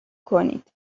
کنید